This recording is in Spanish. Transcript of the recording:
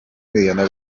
mediana